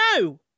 No